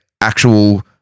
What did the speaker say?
Actual